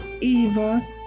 eva